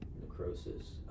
necrosis